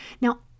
Now